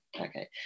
okay